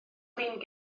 flin